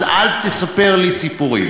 אז אל תספר לי סיפורים.